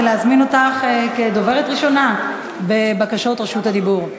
ולהזמין אותך כדוברת ראשונה בבקשות רשות הדיבור.